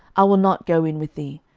i will not go in with thee,